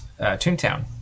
Toontown